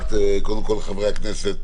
קודם כול חברי הכנסת